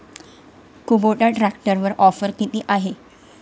Kubota ट्रॅक्टरवर offer किती आहे?